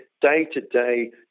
day-to-day